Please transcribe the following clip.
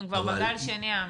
אנחנו כבר בגל השני האמיתי.